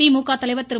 திமுக தலைவர் திரு